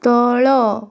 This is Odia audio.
ତଳ